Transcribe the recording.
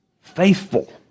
faithful